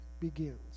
begins